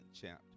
chapter